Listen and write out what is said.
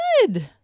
Good